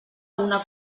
una